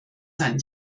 sein